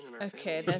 Okay